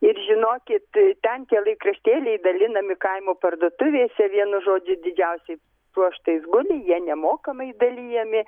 ir žinokit ten tie laikraštėliai dalinami kaimo parduotuvėse vienu žodžiu didžiausiais pluoštais guli jie nemokamai dalijami